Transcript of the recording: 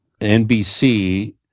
NBC